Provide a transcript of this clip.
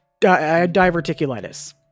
diverticulitis